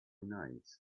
night